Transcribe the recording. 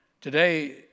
Today